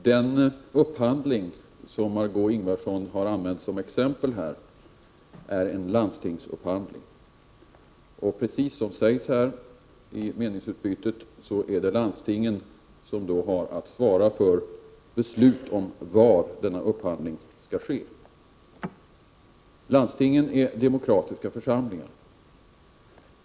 Herr talman! Den upphandling som Margö Ingvardsson här har använt som exempel är en landstingsupphandling. Precis som Margé Ingvardsson sagt i det här meningsutbytet är det då landstingen som har att svara för besluten om var denna upphandling skall ske. Landstingen är demokratiska församlingar.